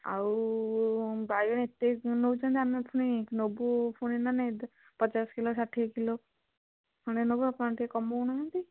ଆଉ ବାଇଗଣ ଏତେ ନେଉଛନ୍ତି ଆମେ ପୁଣି ନେବୁ ପୁଣି ନା ନାହିଁ ପଚାଶ କିଲୋ ଷାଠିଏ କିଲୋ ଖଣ୍ଡେ ନେବୁ ଆପଣ ଟିକିଏ କମାଉନାହାଁନ୍ତି